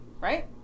Right